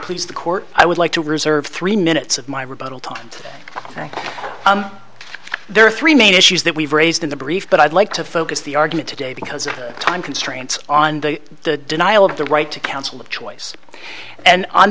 please the court i would like to reserve three minutes of my rebuttal time and there are three main issues that we've raised in the brief but i'd like to focus the argument today because of time constraints on the denial of the right to counsel of choice and on